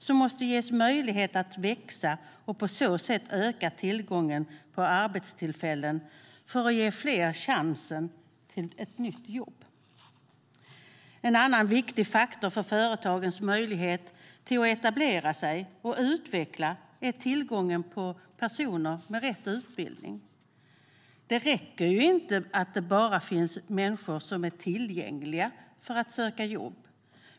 De måste ges möjlighet att växa för att på så sätt öka tillgången till arbetstillfällen och därmed ge fler chansen till nytt jobb. En annan viktig faktor för företagens möjlighet att etablera sig och utvecklas är tillgången på personer med rätt utbildning. Det räcker inte med att det finns människor som är tillgängliga att söka jobb.